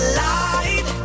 light